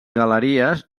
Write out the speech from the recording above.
galeries